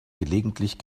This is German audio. gelegentlich